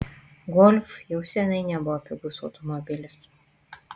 golf jau seniai nebuvo pigus automobilis